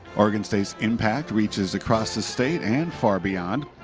oregon state's impact reaches across the state and far beyond.